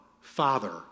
Father